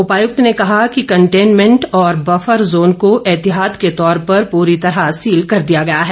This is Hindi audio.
उपायुक्त ने कहा कि कंटेनमेंट और बफर जोन को एहतियात के तौर पर पूरी तरह सील कर दिया गया है